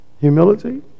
Humility